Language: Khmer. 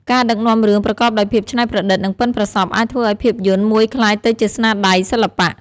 ការដឹកនាំរឿងប្រកបដោយភាពច្នៃប្រឌិត និងប៉ិនប្រសប់អាចធ្វើឲ្យភាពយន្តមួយក្លាយទៅជាស្នាដៃសិល្បៈ។